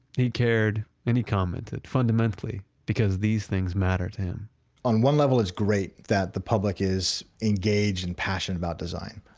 he cared and he commented fundamentally, because these things mattered him on one level it's great that the public is engaged and passionate about design.